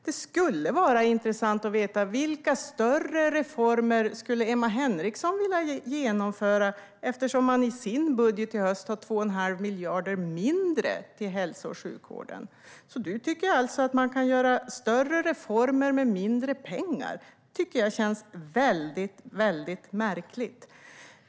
Det skulle vara intressant att veta vilka större reformer Emma Henriksson skulle vilja genomföra eftersom ni i er höstbudget har 2 1⁄2 miljard mindre till hälso och sjukvården. Du tycker alltså att man kan genomföra större reformer med mindre pengar. Det tycker jag känns väldigt märkligt.